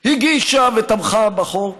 הגישה ותמכה בחוק